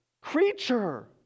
creature